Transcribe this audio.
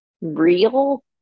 real